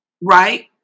right